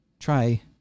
try